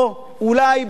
אולי כך